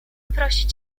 prosić